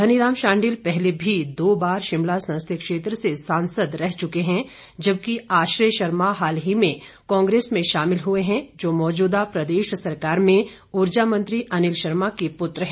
धनी राम शांडिल पहले भी दो बार शिमला संसदीय क्षेत्र से सांसद रह चुके हैं जबकि आश्रय शर्मा हाल ही में कांग्रेस में शामिल हुए हैं जो मौजूदा प्रदेश सरकार में उर्जा मंत्री अनिल शर्मा के पुत्र हैं